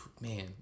man